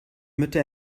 mitte